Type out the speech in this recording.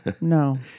No